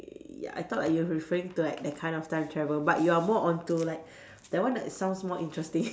ya I thought like you are referring to like that kind of time travel but you are more onto like that one like sounds more interesting